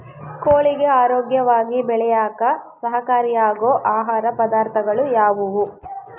ಕೋಳಿಗೆ ಆರೋಗ್ಯವಾಗಿ ಬೆಳೆಯಾಕ ಸಹಕಾರಿಯಾಗೋ ಆಹಾರ ಪದಾರ್ಥಗಳು ಯಾವುವು?